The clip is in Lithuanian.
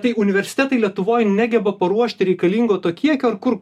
tai universitetai lietuvoj negeba paruošti reikalingo to kiekio ar kur